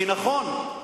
נכון,